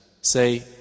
Say